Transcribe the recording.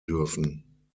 dürfen